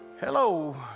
Hello